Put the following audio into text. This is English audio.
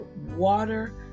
water